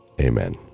Amen